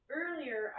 earlier